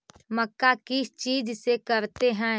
मक्का किस चीज से करते हैं?